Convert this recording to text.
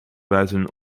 buiten